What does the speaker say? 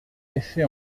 effet